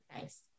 Nice